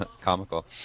comical